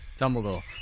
Dumbledore